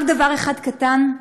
רק דבר אחד קטן: